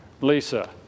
Lisa